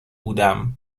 بودم